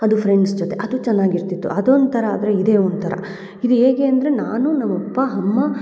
ಅದು ಫ್ರೆಂಡ್ಸ್ ಜೊತೆ ಅದು ಚೆನ್ನಾಗಿ ಇರ್ತಿತ್ತು ಅದು ಒಂಥರ ಆದರೆ ಇದೇ ಒಂಥರ ಇದು ಹೇಗೆ ಅಂದರೆ ನಾನು ನಮ್ಮ ಅಪ್ಪ ಅಮ್ಮ